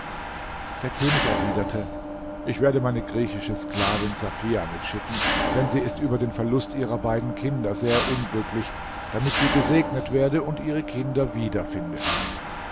der könig erwiderte ich werde meine griechische sklavin safia mitschicken denn sie ist über den verlust ihrer beiden kinder sehr unglücklich damit sie gesegnet werde und ihre kinder wiederfinde